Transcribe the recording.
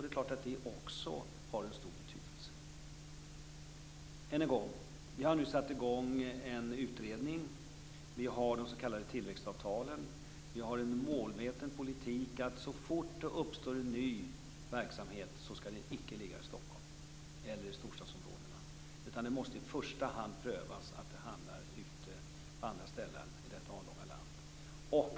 Det är klart att det också har stor betydelse. Än en gång: Vi har nu satt i gång en utredning. Vi har de s.k. tillväxtavtalen. Vi har en målmedveten politik att så fort det uppstår en ny verksamhet skall den icke ligga i Stockholm eller storstadsområdena. Det måste i första hand prövas om den i stället kan hamna på andra ställen i detta avlånga land.